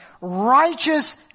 righteous